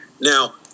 Now